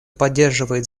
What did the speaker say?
поддерживает